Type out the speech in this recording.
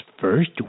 first